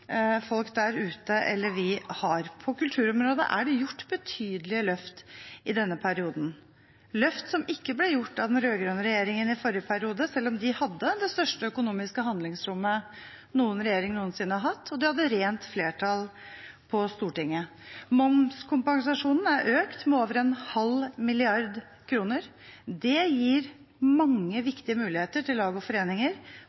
folk der ute eller vi har. På kulturområdet er det gjort betydelige løft i denne perioden, løft som ikke ble gjort av den rød-grønne regjeringen i forrige periode – selv om de hadde det største økonomiske handlingsrommet noen regjering noensinne har hatt, og de hadde rent flertall på Stortinget. Momskompensasjonen er økt med over 0,5 mrd. kr. Det gir mange